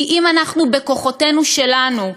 כי אם אנחנו בכוחותינו שלנו,